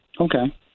Okay